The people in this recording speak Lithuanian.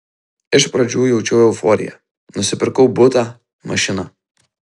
iš pradžių jaučiau euforiją nusipirkau butą mašiną